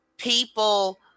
people